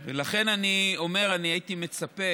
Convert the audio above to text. לכן אני אומר, אני הייתי מצפה